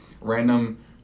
random